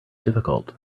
difficult